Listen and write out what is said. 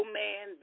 man